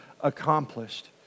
accomplished